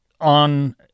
on